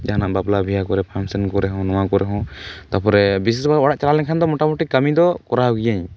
ᱡᱟᱦᱟᱱᱟᱜ ᱵᱟᱯᱞᱟ ᱵᱤᱦᱟᱹ ᱠᱚᱨᱮᱜ ᱯᱷᱟᱱᱥᱮᱱ ᱠᱚᱨᱮ ᱦᱚᱸ ᱱᱚᱣᱟ ᱠᱚᱨᱮ ᱦᱚᱸ ᱛᱟᱨᱯᱚᱨᱮ ᱵᱤᱥᱮᱥ ᱠᱚᱨᱮ ᱫᱚ ᱚᱲᱟᱜ ᱪᱟᱞᱟᱣ ᱞᱮᱱᱠᱷᱟᱱ ᱫᱚ ᱢᱳᱴᱟᱢᱩᱴᱤ ᱠᱟᱹᱢᱤ ᱫᱚ ᱠᱚᱨᱟᱣ ᱜᱮᱭᱟᱹᱧ